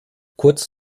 kurz